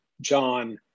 John